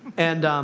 and,